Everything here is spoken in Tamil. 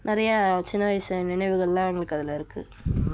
நிறையா சின்ன வயசில் நினைவுகள்லாம் எங்களுக்கு அதில் இருக்கு